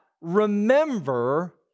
remember